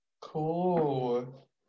Cool